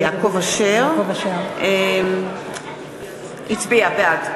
יעקב אשר הצביע בעד.